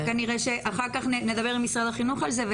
אין התייחסות של משרד החינוך?